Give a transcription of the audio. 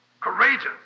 courageous